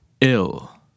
ill